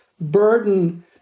burden